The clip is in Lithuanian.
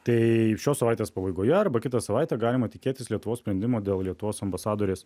tai šios savaitės pabaigoje arba kitą savaitę galima tikėtis lietuvos sprendimo dėl lietuvos ambasadorės